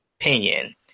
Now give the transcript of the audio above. opinion